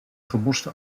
gemorste